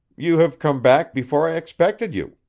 you have come back before i expected you,